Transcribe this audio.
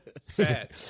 Sad